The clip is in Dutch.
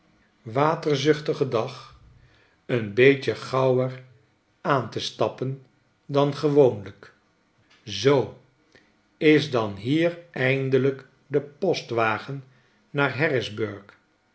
oudenwaterzuchtigen dag een beetje gauwer aan te stappen dan gewoonlijk zoo is dan hier eindelijk de postwagen naar